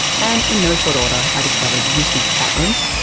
and in no short order, i discovered usenet chat rooms,